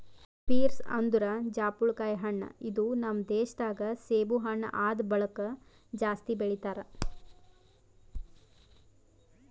pears ಅಂದುರ್ ಜಾಪುಳಕಾಯಿ ಹಣ್ಣ ಇದು ನಮ್ ದೇಶ ದಾಗ್ ಸೇಬು ಹಣ್ಣ ಆದ್ ಬಳಕ್ ಜಾಸ್ತಿ ಬೆಳಿತಾರ್